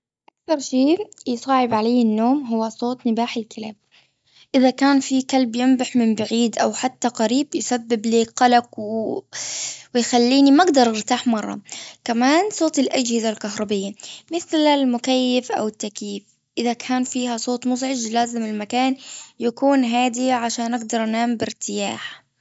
أكثر شي يصعب عليا النوم هو صوت نباح الكلاب. إذا كان في كلب ينبح من بعيد أو حتى قريب يسبب لك قلق ويخليني ما أقدر أرتاح مرة. كمان صوت الأجهزة الكهربية. مثل المكيف أو التكييف. إذا كان فيها صوت مزعج لازم المكان يكون هادي عشان أقدر أنام بإرتياح.